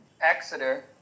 Exeter